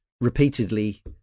repeatedly